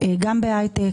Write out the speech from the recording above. גם בהייטק,